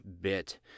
bit